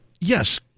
yes